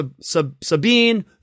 Sabine